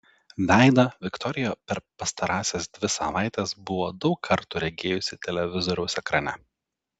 veidą viktorija per pastarąsias dvi savaites buvo daug kartų regėjusi televizoriaus ekrane